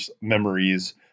memories